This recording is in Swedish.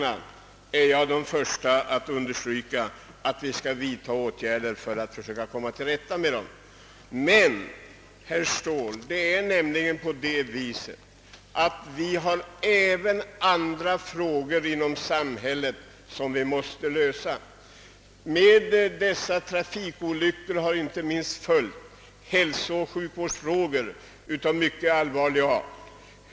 Jag är den förste att understryka att vi bör vidta åtgärder för att försöka komma till rätta med trafiksäkerhetsproblemen, Men, herr Ståhl, det finns även andra problem inom samhället som måste lösas. Med dessa trafikolyckor har inte minst följt svårigheter av mycket allvarlig art att klara hälsooch sjukhusfrågor.